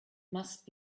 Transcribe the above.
must